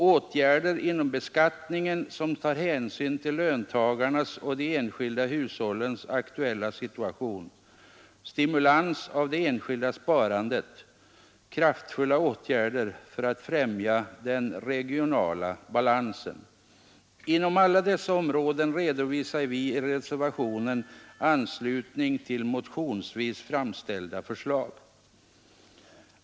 Åtgärder inom beskattningen som tar hänsyn till löntagarnas och de enskilda hushållens aktuella situation. Kraftfulla åtgärder för att främja den regionala balansen. Inom alla dessa områden redovisar vi i reservationen anslutning till motionsvis framställda förslag.